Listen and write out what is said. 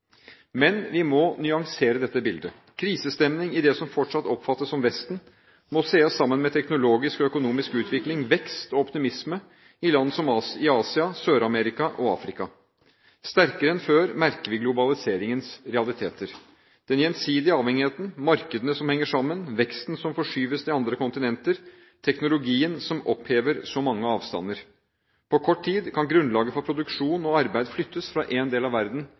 Men vi må nyansere dette bildet: Krisestemning i det som fortsatt oppfattes som Vesten, må ses sammen med teknologisk og økonomisk utvikling, vekst og optimisme i land i Asia, Sør-Amerika og Afrika. Sterkere enn før merker vi globaliseringens realiteter: den gjensidige avhengigheten, markedene som henger sammen, veksten som forskyves til andre kontinenter, teknologien som opphever så mange avstander. På kort tid kan grunnlaget for produksjon og arbeid flyttes fra en del av verden